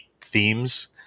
themes